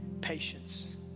patience